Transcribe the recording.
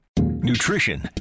Nutrition